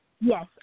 yes